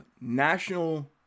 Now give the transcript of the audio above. national